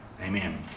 amen